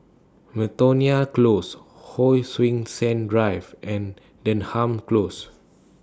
Miltonia Close Hon Sui Sen Drive and Denham Close